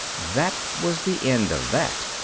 that was the end of that.